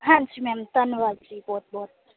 ਹਾਂਜੀ ਮੈਮ ਧੰਨਵਾਦ ਜੀ ਬਹੁਤ ਬਹੁਤ